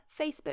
Facebook